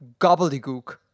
gobbledygook